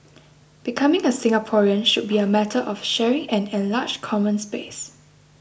becoming a Singaporean should be a matter of sharing an enlarged common space